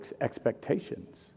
expectations